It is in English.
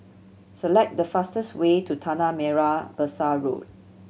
select the fastest way to Tanah Merah Besar Road